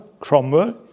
Cromwell